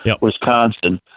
Wisconsin